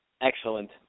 Excellent